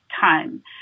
time